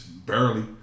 Barely